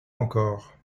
encore